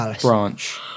branch